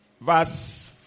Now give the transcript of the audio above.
verse